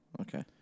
Okay